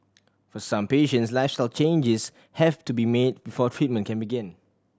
for some patients lifestyle changes have to be made before treatment can begin